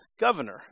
Governor